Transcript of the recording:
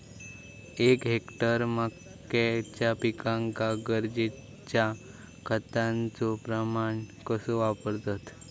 एक हेक्टर मक्याच्या पिकांका गरजेच्या खतांचो प्रमाण कसो वापरतत?